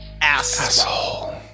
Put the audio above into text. asshole